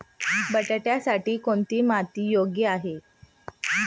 बटाट्यासाठी कोणती माती योग्य आहे?